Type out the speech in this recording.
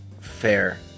fair